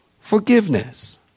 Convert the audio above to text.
Forgiveness